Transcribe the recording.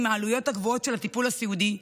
העלויות הגבוהות של הטיפול הסיעודי,